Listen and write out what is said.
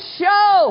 show